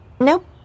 Nope